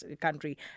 country